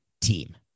team